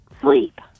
Sleep